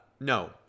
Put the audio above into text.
No